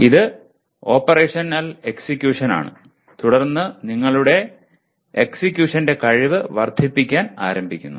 ഇത് ഓപ്പറേഷൻ എക്സിക്യൂഷനാണ് തുടർന്ന് നിങ്ങളുടെ എക്സിക്യൂഷന്റെ കഴിവ് വർദ്ധിപ്പിക്കാൻ ആരംഭിക്കുന്നു